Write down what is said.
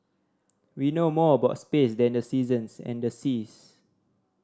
we know more about space than the seasons and the seas